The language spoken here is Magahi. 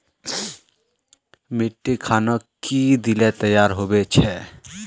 मिट्टी खानोक की दिले तैयार होबे छै?